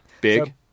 Big